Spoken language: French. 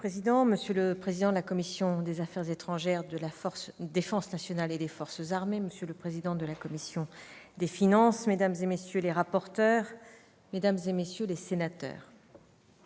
monsieur le président de la commission des affaires étrangères, de la défense et des forces armées, monsieur le président de la commission des finances, mesdames, messieurs les rapporteurs, mesdames, messieurs les sénateurs,